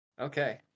okay